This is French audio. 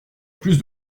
plus